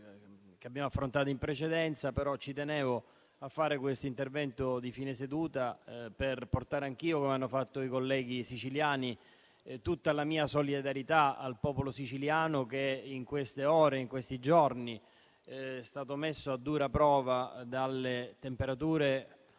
che abbiamo affrontato in precedenza, ma ci tenevo a farlo a fine seduta per portare anch'io, come hanno fatto i colleghi siciliani, tutta la mia solidarietà al popolo siciliano che in queste ore e in questi giorni è stato messo a dura prova da temperature